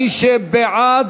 מי שבעד,